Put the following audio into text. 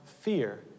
fear